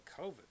COVID